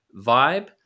vibe